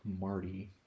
marty